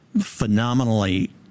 phenomenally